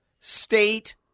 state